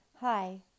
Hi